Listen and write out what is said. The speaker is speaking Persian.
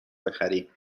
بخریم